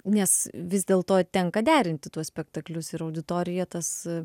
nes vis dėl to tenka derinti tuos spektaklius ir auditorija tas